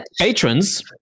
Patrons